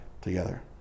together